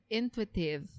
intuitive